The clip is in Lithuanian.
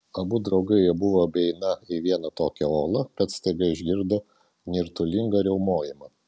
abu draugai jau buvo beeiną į vieną tokią olą bet staiga išgirdo nirtulingą riaumojimą